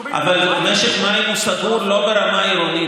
אבל משק המים הוא סגור לא ברמה עירונית,